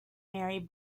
mary